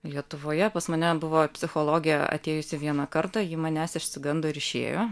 lietuvoje pas mane buvo psichologė atėjusi vieną kartą ji manęs išsigando ir išėjo